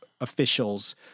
officials